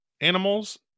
animals